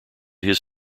his